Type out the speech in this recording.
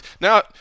Now